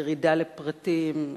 ירידה לפרטים,